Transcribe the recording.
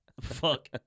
fuck